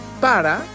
para